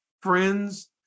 friends